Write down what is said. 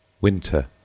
Winter